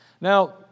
Now